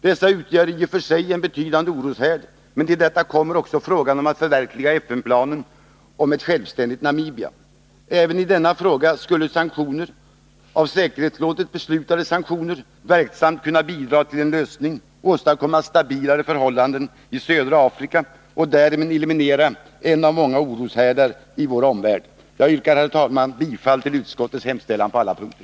Dessa utgör i och för sig en betydande oroshärd, men till detta kommer också frågan om att förverkliga FN-planen om ett självständigt Namibia. Även i denna fråga skulle sanktioner — av säkerhetsrådet beslutade sanktioner — verksamt kunna bidra till en lösning, en lösning som kunde åstadkomma stabilare förhållanden i södra Afrika och därmed eliminera en av många oroshärdar i vår omvärld. Jag yrkar, herr talman, bifall till utskottets hemställan på alla punkter.